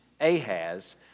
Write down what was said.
Ahaz